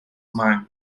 man